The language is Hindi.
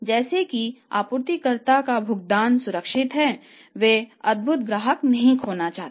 जैसा कि आपूर्तिकर्ता का भुगतान सुरक्षित है वे अद्भुत ग्राहक नहीं खोना चाहते